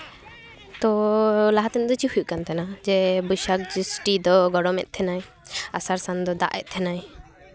ᱛᱚ ᱞᱟᱦᱟ ᱛᱮᱫᱚ ᱪᱮᱫ ᱦᱩᱭᱩᱜ ᱠᱟᱱ ᱛᱟᱦᱮᱱᱟ ᱡᱮ ᱵᱟᱹᱭᱥᱟᱹᱠ ᱡᱳᱥᱴᱤ ᱫᱚ ᱜᱚᱨᱚᱢᱚᱫ ᱛᱟᱦᱮᱱᱟᱭ ᱟᱥᱟᱲᱼᱥᱟᱱ ᱫᱚ ᱫᱟᱜᱮᱜ ᱛᱟᱦᱮᱱᱟᱭ